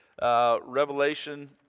Revelation